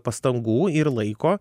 pastangų ir laiko